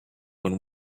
when